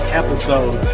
episode